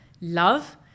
Love